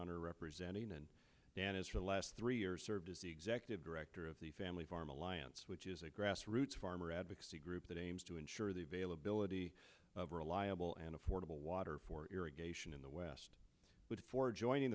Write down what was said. honor representing and dan is for the last three years served as the executive director of the family farm alliance which is a grassroots farmer advocacy group that aims to ensure the availability of reliable and affordable water for irrigation in the west but for joining